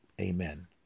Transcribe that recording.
Amen